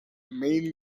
main